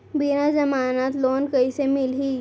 बिना जमानत लोन कइसे मिलही?